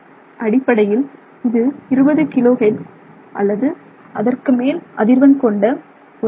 அடிப்படையில் இது 20 kilohertz அல்லது அதற்கு மேல் அதிர்வெண் கொண்ட ஒரு ஒலி அலை